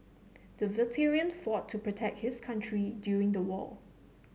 the veteran fought to protect his country during the war